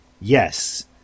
Yes